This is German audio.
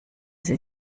sie